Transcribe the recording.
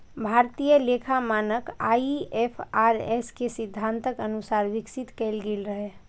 भारतीय लेखा मानक आई.एफ.आर.एस के सिद्धांतक अनुसार विकसित कैल गेल रहै